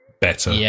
better